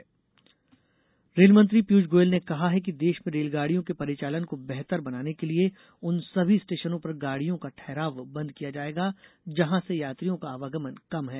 रेलमंत्री रेलमंत्री पीयूष गोयल ने कहा है कि देश में रेलगाडियों के परिचालन को बेहतर बनाने के लिये उन सभी स्टेशनों पर गाडियो का ठहराव बंद किया जाएगा जहां से यात्रियों का आवागमन कम है